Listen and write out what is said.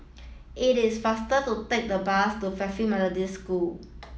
it is faster to take the bus to Fairfield Methodist School